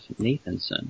Nathanson